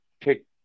take